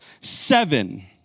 seven